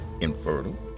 infertile